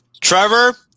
Trevor